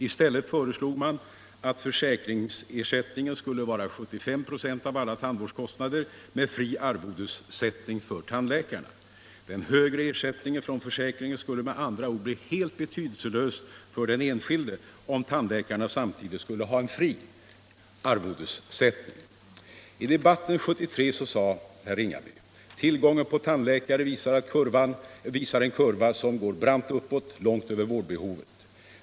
I stället förslog man att försäkringsersättningen skulle vara 75 96 av alla tandvårdskostnader med fri arvodessättning för tandläkarna. Den högre ersättningen från försäkringen skulle bli helt betydelselös för den enskilde, om tandläkarna skulle ha en fri arvodessättning. I debatten 1973 sade herr Ringaby: Tillgången på tandläkare visar en kurva som går brant uppåt, långt över vårdbehovet.